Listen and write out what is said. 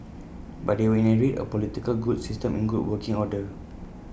but they will inherit A political system in good working order